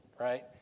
right